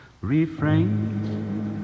refrain